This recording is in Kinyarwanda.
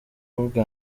nibwo